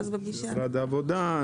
משרד העבודה?